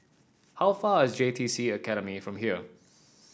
how far is J T C Academy from here